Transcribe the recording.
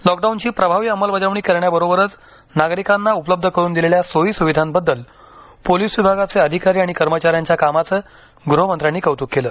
लॉकडाऊनची प्रभावी अंमलबजावणी करण्याबरोबरच नागरिकांना उपलब्ध करून दिलेल्या सोयी सुविधांबद्दल पोलीस विभागाचे अधिकारी आणि कर्मचाऱ्यांच्या कामाचं ग्रहमंत्र्यांनी कौत्क केले